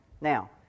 Now